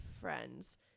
friends